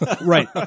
Right